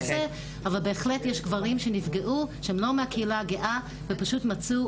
הנושא אבל בהחלט יש גברים שנפגעו שהם לא מהקהילה הגאה ופשוט מצאו